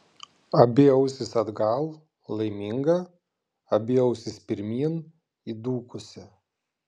abi ausys atgal laiminga abi ausys pirmyn įdūkusi